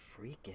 Freaking